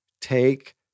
Take